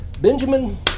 Benjamin